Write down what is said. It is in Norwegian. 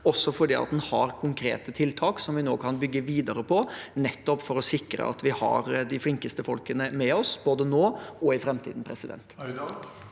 også fordi den har konkrete tiltak som vi nå kan bygge videre på, nettopp for å sikre at vi har de flinkeste folkene med oss, både nå og i framtiden. Seher